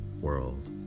world